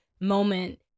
moment